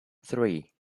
three